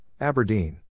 Aberdeen